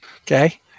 Okay